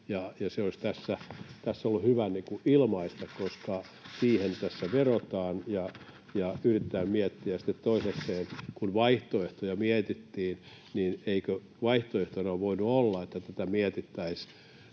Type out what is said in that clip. se olisi tässä ollut hyvä ilmaista, koska siihen tässä vedotaan ja yritetään miettiä. Sitten toisekseen, kun vaihtoehtoja mietittiin, niin eikö vaihtoehtona voinut olla, että mietittäisiin,